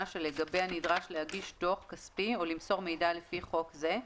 שלגביה נדרש להגיש דוח כספי או למסור מידע לפי חוק זה,